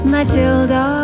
Matilda